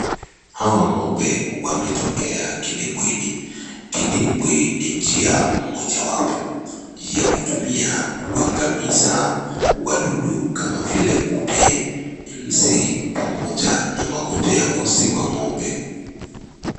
Hawa ng'ombe wametokea kidimbwini. Kidimbwi ni njia mojawapo ya kutumia kuangamiza wadudu kama vile kupe, nzi pamoja na magonjwa ya ngozi kwa ng'ombe.